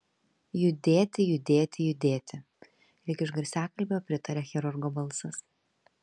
judėti judėti judėti lyg iš garsiakalbio pritaria chirurgo balsas